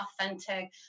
authentic